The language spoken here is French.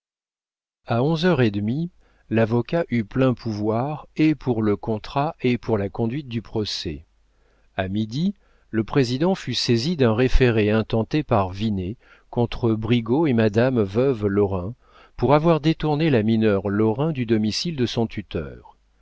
a onze heures et demie l'avocat eut plein pouvoir et pour le contrat et pour la conduite du procès a midi le président fut saisi d'un référé intenté par vinet contre brigaut et madame veuve lorrain pour avoir détourné la mineure lorrain du domicile de son tuteur